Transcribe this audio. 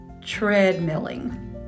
treadmilling